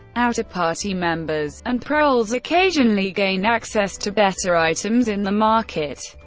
outer party members and proles occasionally gain access to better items in the market,